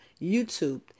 YouTube